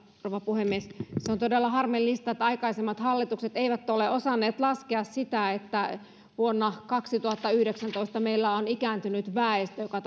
rouva puhemies se on todella harmillista että aikaisemmat hallitukset eivät ole osanneet laskea sitä että vuonna kaksituhattayhdeksäntoista meillä on ikääntynyt väestö joka